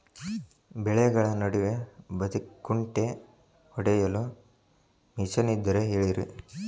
ಬೆಳೆಗಳ ನಡುವೆ ಬದೆಕುಂಟೆ ಹೊಡೆಯಲು ಮಿಷನ್ ಇದ್ದರೆ ಹೇಳಿರಿ